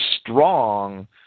Strong